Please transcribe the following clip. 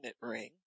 ring